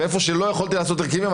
ואיפה שלא יכולתי לעשות הרכבים,